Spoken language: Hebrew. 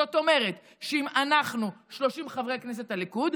זאת אומרת שאם אנחנו 30 חברי כנסת בליכוד,